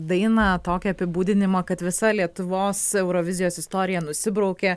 dainą tokį apibūdinimą kad visa lietuvos eurovizijos istorija nusibraukė